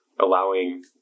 allowing